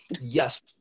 yes